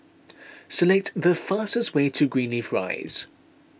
select the fastest way to Greenleaf Rise